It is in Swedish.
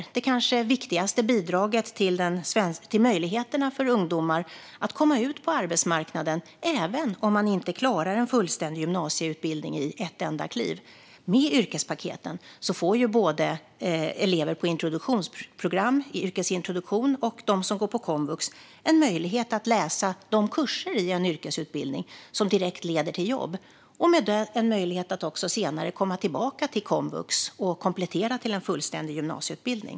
De är det kanske viktigaste bidraget till möjligheterna för ungdomar att komma ut på arbetsmarknaden även om man inte klarar en fullständig gymnasieutbildning i ett enda kliv. Med yrkespaketen får elever både på introduktionsprogram i yrkesintroduktion och de som går på komvux en möjlighet att läsa de kurser i en yrkesutbildning som direkt leder till jobb och med det också en möjlighet att senare komma tillbaka till komvux och komplettera till en fullständig gymnasieutbildning.